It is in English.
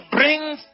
brings